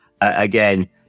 again